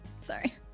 Sorry